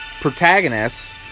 protagonists